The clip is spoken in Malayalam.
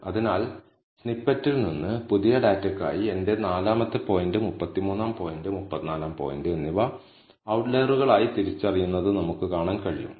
അതിനാൽ സ്നിപ്പെറ്റിൽ നിന്ന് പുതിയ ഡാറ്റയ്ക്കായി എന്റെ നാലാമത്തെ പോയിന്റ് 33 ആം പോയിന്റ് 34 ആം പോയിന്റ് എന്നിവ ഔട്ട്ലയറുകളായി തിരിച്ചറിയുന്നത് നമുക്ക് കാണാൻ കഴിയും